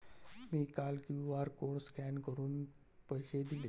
मी काल QR code scan करून पैसे दिले